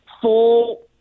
full